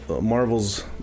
Marvel's